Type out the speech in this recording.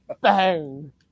Bang